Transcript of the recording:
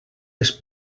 les